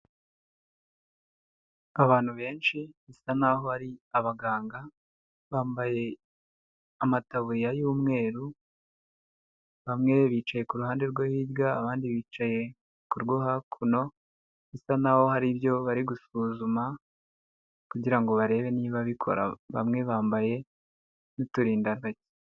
Abantu benshi bisa n'aho ari abaganga bambaye amataburiya y'umweru, bamwe bicaye ku ruhande rwo hirya, abandi bicaye ku rwo hakuno bisa n'aho hari ibyo bari gusuzuma kugirango ngo barebe niba bikora, bamwe bambaye n'uturindantoki.